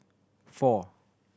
four